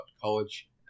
college